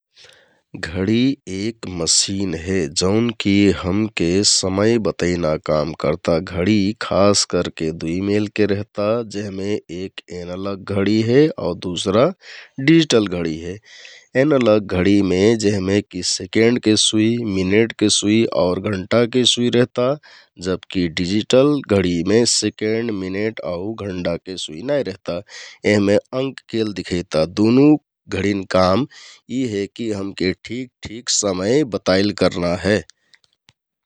घडि एक मसिन हे जौनकि हमके समय बतैना काम करता । घडि खास करके दुइ मेलके रहता जेहमे एक एनलग घडि हे, दुसरा डिजिटल घडि हे । एनलक घडिमे जेहमे कि सेकेन्डके सुइ, मिनेटके सुइ आउर घण्टाके सुइ रेहता । जबकि डिजिटल घडिमे सेकेन्ड, मिनेट आउ घण्टाके सुइ नाइ रेहता यहमे अंककेल दिखैता । दुनु घडिन काम यि हे कि हमके ठिक ठिक समय बताइल करना हे ।